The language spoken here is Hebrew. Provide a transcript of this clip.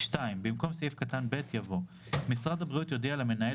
(2)במקום סעיף קטן (ב) יבוא: "משרד הבריאות יודיע למנהל